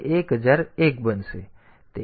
તેથી તે આગામી સ્થાન તરફ નિર્દેશ કરશે